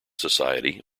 society